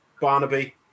Barnaby